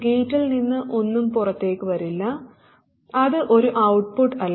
ഗേറ്റിൽ നിന്ന് ഒന്നും പുറത്തേക്കു വരില്ല അത് ഒരു ഔട്ട്പുട്ട് അല്ല